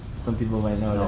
some people might